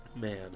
Man